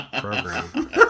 program